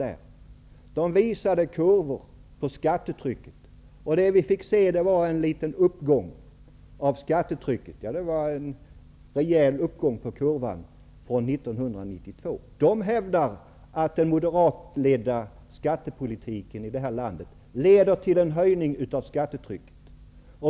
De visade kurvor på skattetrycket. Vi fick se en rejäl uppgång på kurvan för 1992. De hävdar att den moderatledda skattepolitiken i det här landet leder till en höjning av skattetrycket.